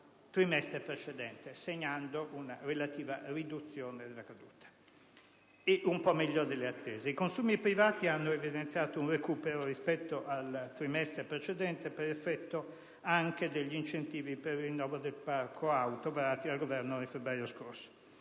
trimestre precedente, segnando una relativa riduzione della caduta. È un po' meglio delle attese. I consumi privati hanno evidenziato un recupero rispetto al trimestre precedente per effetto anche degli incentivi per il rinnovo del parco auto, varati dal Governo nel febbraio scorso.